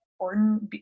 important